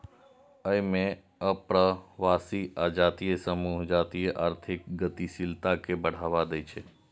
अय मे अप्रवासी आ जातीय समूह जातीय आर्थिक गतिशीलता कें बढ़ावा दै छै